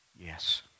Yes